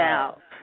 out